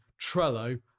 Trello